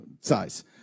size